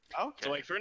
Okay